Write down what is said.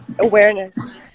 awareness